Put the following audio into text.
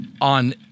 on